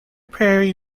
perry